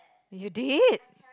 you did